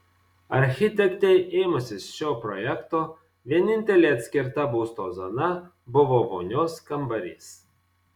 architektei ėmusis šio projekto vienintelė atskirta būsto zona buvo vonios kambarys